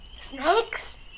Snakes